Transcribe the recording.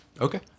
Okay